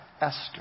Esther